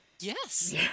yes